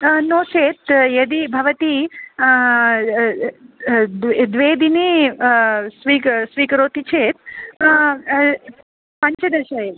नो चेत् यदि भवती द्वे दिने स्वीकरोति चेत् पञ्चदश एव